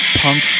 punk